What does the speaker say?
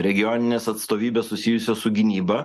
regioninės atstovybės susijusios su gynyba